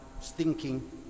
stinking